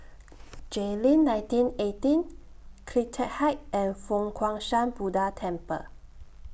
Jayleen nineteen eighteen CleanTech Height and Fo Guang Shan Buddha Temple